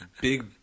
big